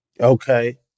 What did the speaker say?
Okay